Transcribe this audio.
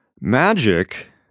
Magic